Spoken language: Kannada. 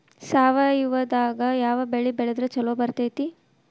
ಸಾವಯವದಾಗಾ ಯಾವ ಬೆಳಿ ಬೆಳದ್ರ ಛಲೋ ಬರ್ತೈತ್ರಿ?